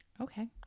Okay